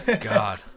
God